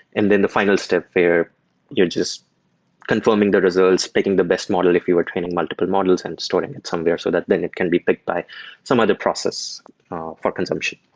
and then the final step, where you're just confirming the results, making the best model if you were training multiple models and storing it somewhere so that then it can be picked by some other process for consumption.